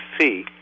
see